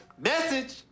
Message